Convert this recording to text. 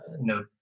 no